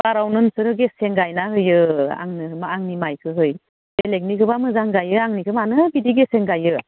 नोंसोरो गेसें गायना होयो आंनि माइखो बेलेकनिखोब्ला मोजां गायो आंनिखो मानो बिदि गेसें गायो